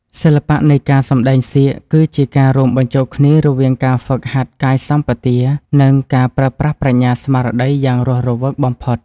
សិល្បៈនៃការសម្តែងសៀកគឺជាការរួមបញ្ចូលគ្នារវាងការហ្វឹកហាត់កាយសម្បទា និង ការប្រើប្រាស់ប្រាជ្ញាស្មារតីយ៉ាងរស់រវើកបំផុត។